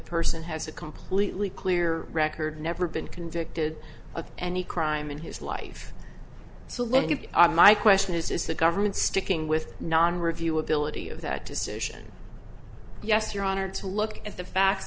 person has a completely clear record never been convicted of any crime in his life so let me give you my question is is the government sticking with non review ability of that decision yes your honor to look at the facts